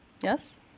Yes